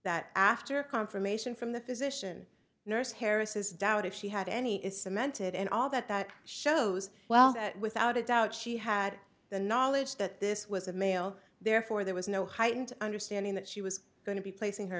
that after confirmation from the physician nurse harris's doubt if she had any is cemented in all that that shows well that without a doubt she had the knowledge that this was a male therefore there was no heightened understanding that she was going to be placing her